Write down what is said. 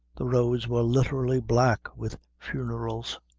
the roads were literally black with funerals,